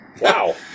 Wow